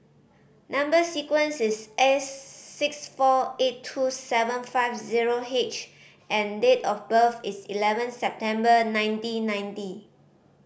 number sequence is S six four eight two seven five zero H and date of birth is eleven September nineteen ninety